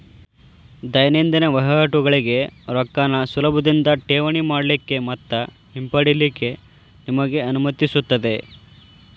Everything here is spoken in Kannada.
ದೈನಂದಿನ ವಹಿವಾಟಗೋಳಿಗೆ ರೊಕ್ಕಾನ ಸುಲಭದಿಂದಾ ಠೇವಣಿ ಮಾಡಲಿಕ್ಕೆ ಮತ್ತ ಹಿಂಪಡಿಲಿಕ್ಕೆ ನಿಮಗೆ ಅನುಮತಿಸುತ್ತದೆ